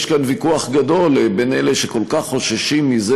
יש כאן ויכוח גדול בין אלה שכל כך חוששים מזה